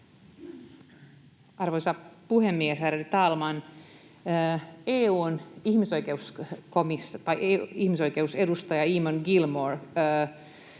Arvoisa puhemies, ärade talman! EU:n ihmisoikeusedustaja Eamon Gilmore